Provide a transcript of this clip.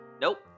Nope